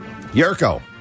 Yerko